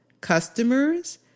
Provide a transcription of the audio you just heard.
customers